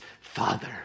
Father